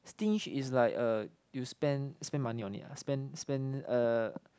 stinge is like uh you spend spend money on it ah spend spend uh